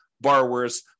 borrowers